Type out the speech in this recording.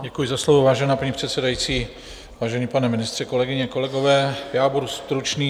Děkuji za slovo, vážená paní předsedající, vážený pane ministře, kolegyně, kolegové, já budu stručný.